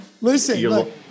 Listen